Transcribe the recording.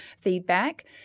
feedback